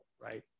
right